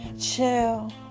Chill